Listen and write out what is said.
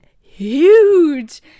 huge